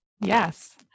Yes